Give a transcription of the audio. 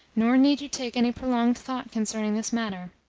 nor need you take any prolonged thought concerning this matter.